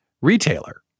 retailer